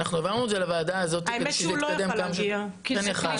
אנחנו העברנו את זה לוועדה הזאת כדי שזה יתקדם כמה שיותר.